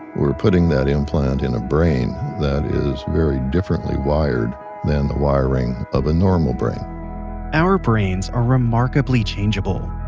we're putting that implant in a brain that is very differently wired than the wiring of a normal brain our brains are remarkably changeable.